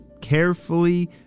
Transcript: carefully